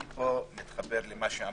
אני פה מתחבר למה שאמרתי